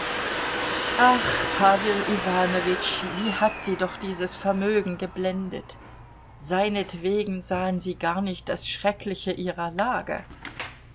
ach pawel iwanowitsch wie hat sie doch dieses vermögen geblendet seinetwegen sahen sie gar nicht das schreckliche ihrer lage